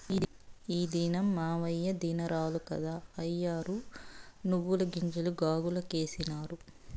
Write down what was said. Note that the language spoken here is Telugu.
ఈ దినం మాయవ్వ దినారాలు కదా, అయ్యోరు నువ్వుగింజలు కాగులకేసినారు